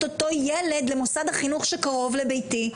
אותו ילד למוסד החינוך שקרוב לביתי,